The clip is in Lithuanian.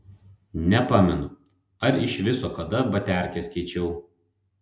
nepamenu ar iš viso kada baterkes keičiau